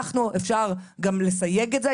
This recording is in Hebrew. אפשר גם לסייג את זה,